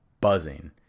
buzzing